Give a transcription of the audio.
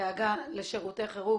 של תחנת כבאות ודאגה לשירותי חירום,